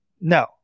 No